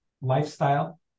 lifestyle